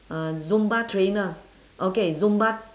uh zumba trainer okay zumba